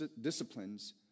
disciplines